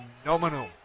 phenomenal